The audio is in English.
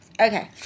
okay